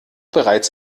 bereits